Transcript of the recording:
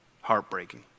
heartbreaking